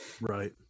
right